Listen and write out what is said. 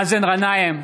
מאזן גנאים,